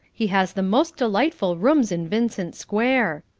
he has the most delightful rooms in vincent square.